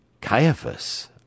Caiaphas